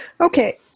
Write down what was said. Okay